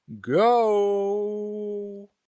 go